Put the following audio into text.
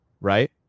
Right